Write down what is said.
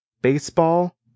baseball